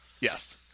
Yes